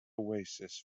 oasis